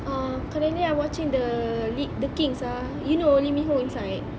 ah currently I watching the lead the king's ah you know lee min ho inside